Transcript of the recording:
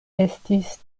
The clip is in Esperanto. estis